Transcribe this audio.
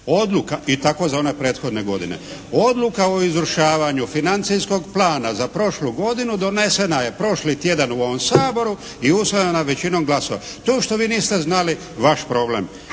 Odluka i tako da one prethodne godine. Odluka o izvršavanju financijskog plana za prošlu godinu donesena je prošli tjedan u ovom Saboru i usvojena većinom glasova. To što vi niste znali vaš problem.